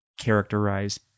characterize